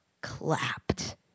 clapped